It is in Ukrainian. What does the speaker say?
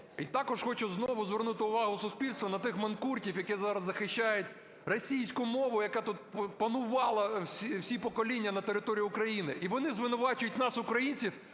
І також хочу знову звернути увагу суспільства на тих манкуртів, які зараз захищають російську мову, яка тут панувала всі покоління на території України. І вони звинувачують нас, українців,